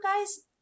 guys